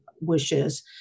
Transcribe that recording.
wishes